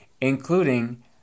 including